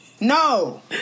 No